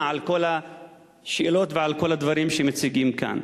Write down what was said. על כל השאלות ועל כל הדברים שמציגים כאן.